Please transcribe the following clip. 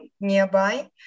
nearby